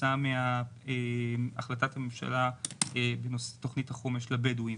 כתוצאה מהחלטת ההמשלה בנושא תוכנית החומש לבדווים.